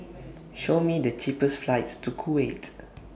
Show Me The cheapest flights to Kuwait